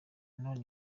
none